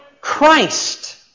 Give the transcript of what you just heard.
Christ